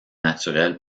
naturelle